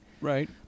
right